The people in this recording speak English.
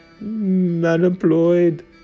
unemployed